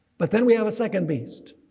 but then we have a second beast.